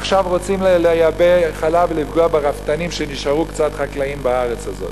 עכשיו רוצים לייבא חלב ולפגוע ברפתנים שנשארו קצת חקלאים בארץ הזאת.